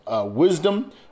wisdom